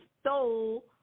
stole